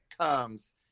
comes